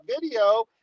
video